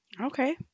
okay